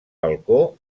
balcó